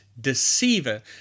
deceiver